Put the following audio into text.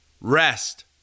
rest